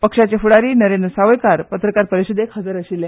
पक्षाचे फूडारी नरेंद्र सावयकार पत्रकार परिशदेंत हाजीर आशिल्ले